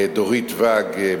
לדורית ואג,